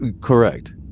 correct